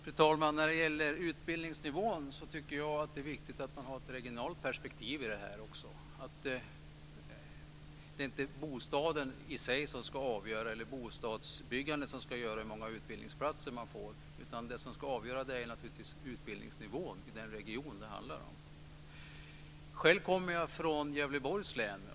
Fru talman! Jag tycker att det är viktigt att man har ett regionalt perspektiv när det gäller utbildningsnivån. Det är inte bostaden i sig eller bostadsbyggande som ska avgöra hur många utbildningsplatser man får. Det som ska avgöra är naturligtvis utbildningsnivån i den region som det handlar om. Själv kommer jag från Gävleborgs län.